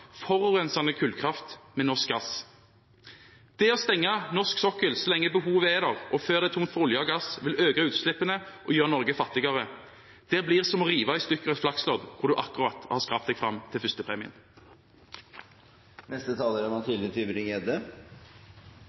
forurensende kullkraft med norsk gass. Det å stenge norsk sokkel så lenge behovet er der, og før det er tomt for olje og gass, vil øke utslippene og gjøre Norge fattigere. Det blir som å rive i stykker et Flax-lodd når man akkurat har skrapt seg fram til førstepremien. Det er